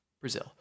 Brazil